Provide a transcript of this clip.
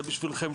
זה בשבילכם,